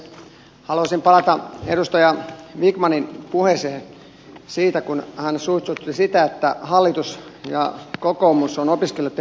haluaisin palata edustaja vikmanin puheeseen siitä kun hän suitsutti sitä että hallitus ja kokoomus on opiskelijoitten puolella